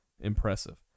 impressive